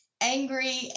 angry